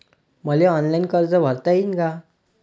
मले ऑनलाईन कर्ज भरता येईन का?